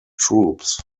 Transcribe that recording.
troops